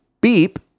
beep